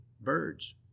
birds